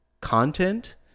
content